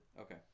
Okay